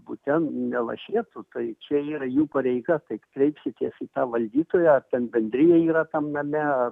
bute nelašėtų tai čia yra jų pareiga taip kreipsitės į tą valdytoją ar ten bendrija yra tam name